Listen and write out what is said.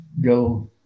go –